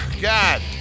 God